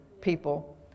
people